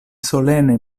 solene